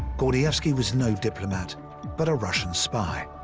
gordievsky was no diplomat, but a russian spy.